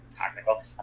technical